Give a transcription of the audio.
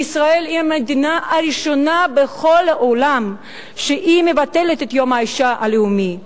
וישראל היא המדינה הראשונה בכל העולם שמבטלת את יום האשה הבין-לאומי.